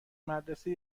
مدرسه